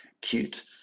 Cute